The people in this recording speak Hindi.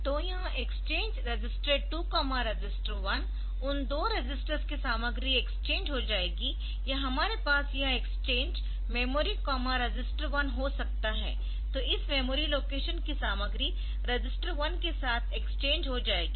तो यह XCHG register 2 register 1 XCHG reg2 reg 1 उन दो रजिस्टर्स की सामग्री एक्सचेंज हो जाएगी या हमारे पास यह XCHG मेमोरी रजिस्टर 1 हो सकता है तो इस मेमोरी लोकेशन की सामग्री रजिस्टर 1 के साथ एक्सचेंज हो जाएगी